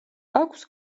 აქვს